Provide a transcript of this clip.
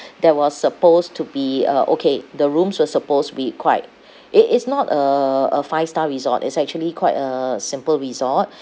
that was supposed to be uh okay the rooms were supposed to be quite it it's not a a five star resort it's actually quite a simple resort